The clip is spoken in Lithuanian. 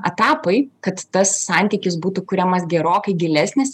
etapai kad tas santykis būtų kuriamas gerokai gilesnis